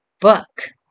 Book